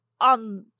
on